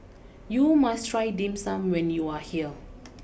you must try Dim Sum when you are here